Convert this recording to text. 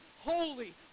holy